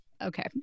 Okay